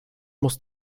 muss